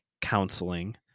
counseling